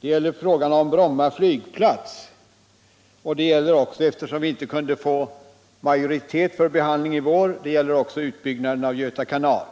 Det gäller frågan om Bromma flygplats, och det gäller också — eftersom vi inte kunde få majoritet för förslaget om behandling i vår — frågan om utbyggnad av Göta kanal.